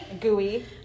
gooey